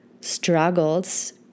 struggles